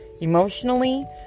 emotionally